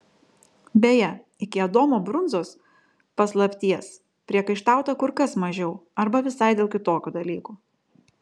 beje iki adomo brunzos paslapties priekaištauta kur kas mažiau arba visai dėl kitokių dalykų